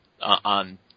on